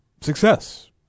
success